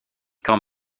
quand